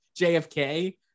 JFK